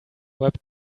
web